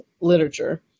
literature